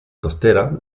costera